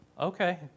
okay